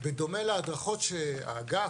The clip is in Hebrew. בדומה להדרכות שהאגף,